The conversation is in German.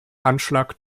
anschlag